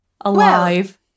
alive